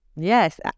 Yes